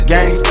Gang